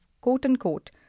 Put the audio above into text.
quote-unquote